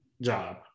job